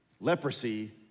Leprosy